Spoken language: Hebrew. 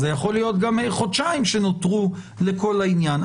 זה יכול להיות גם חודשיים שנותרו לכל העניין.